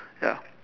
ya